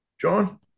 John